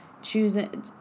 choosing